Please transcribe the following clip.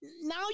Now